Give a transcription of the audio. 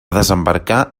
desembarcar